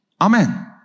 Amen